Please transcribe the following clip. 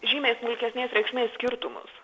žymiai smulkesnės reikšmės skirtumus